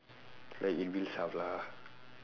like it builds up lah